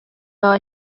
wawe